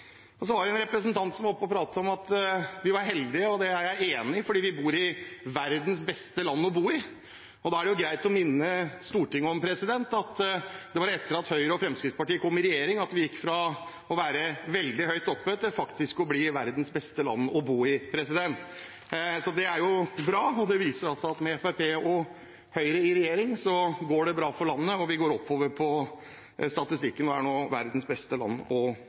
bra. Så var det en representant som var oppe og pratet om at vi var heldige. Det er jeg enig i, for vi bor i verdens beste land. Da er det greit å minne Stortinget om at det var etter at Høyre og Fremskrittspartiet kom i regjering, at vi gikk fra å være veldig høyt oppe til faktisk å bli verdens beste land å bo i. Det er bra, og det viser at med Høyre og Fremskrittspartiet i regjering går det bra for landet. Vi går oppover på statistikken og er nå verdens beste land å bo i. Men jeg synes det er viktig å ha med at det nå er mange som